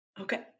Okay